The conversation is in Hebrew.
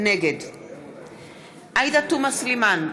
נגד עאידה תומא סלימאן,